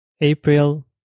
April